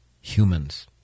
humans